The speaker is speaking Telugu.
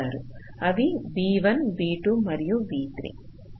అవి v1 v2 మరియు v3